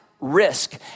risk